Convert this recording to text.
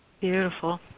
Beautiful